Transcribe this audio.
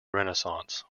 renaissance